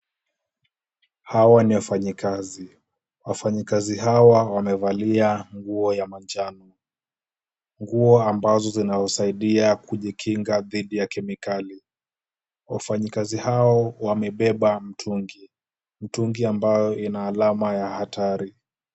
Hawa ni wafanyikazi, wafanyikazi hawa wamevalia nguo ya manjano, nguo ambazo zinawasadia kujikinga dhidi ya kemikali. Wafanyikazi hao wamebeba mtungi, mtungi ambayo ina alama ya hatari.